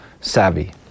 savvy